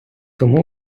тому